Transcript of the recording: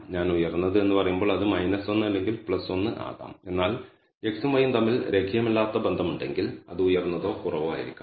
ഞാൻ ഉയർന്നത് എന്ന് പറയുമ്പോൾ അത് 1 അല്ലെങ്കിൽ 1 ആകാം എന്നാൽ x ഉം y ഉം തമ്മിൽ രേഖീയമല്ലാത്ത ബന്ധമുണ്ടെങ്കിൽ അത് ഉയർന്നതോ കുറവോ ആയിരിക്കാം